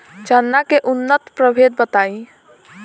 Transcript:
चना के उन्नत प्रभेद बताई?